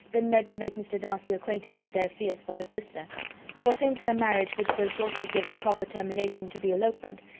been led to make mr. darcy acquainted with their fears for her sister for since her marriage would so shortly give the proper termination to the elopement,